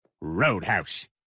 Roadhouse